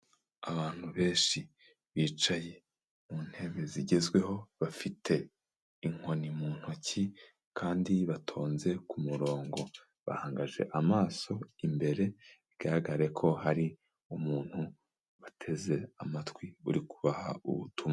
Abantu benshi bicaye mu ntebe zigezweho bafite inkoni mu ntoki, kandi batonze ku murongo, bahagaze amaso imbere bigaragare ko hari umuntu bateze amatwi uri kubaha ubutumwa.